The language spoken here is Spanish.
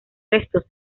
restos